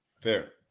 Fair